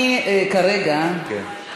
אני כרגע, כן.